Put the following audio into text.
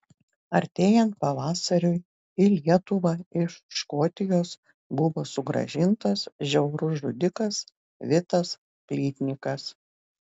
artėjant pavasariui į lietuvą iš škotijos buvo sugrąžintas žiaurus žudikas vitas plytnikas